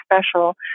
special